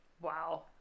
Wow